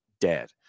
dead